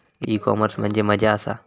E commerce म्हणजे मझ्या आसा?